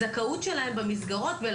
הזכאות שלהם במסגרות דרך אגב,